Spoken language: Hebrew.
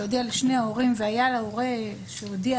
להודיע לשני ההורים והיה להורה שהודיע